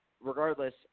regardless